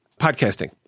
podcasting